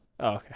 okay